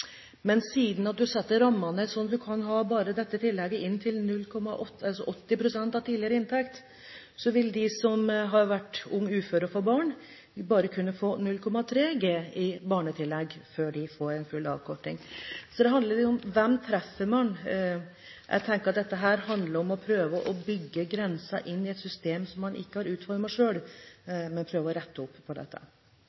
Men siden man setter rammene slik at man bare kan ha dette tillegget inntil 80 pst. av tidligere inntekt, vil de som har vært ung ufør og får barn, bare kunne få 0,3 G i barnetillegg før de får en full avkorting. Så det handler om: Hvem treffer man? Jeg tenker at dette handler om å prøve å bygge grenser inn i et system som man ikke selv har